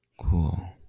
cool